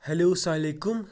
hello اسلام علیکُم